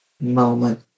moment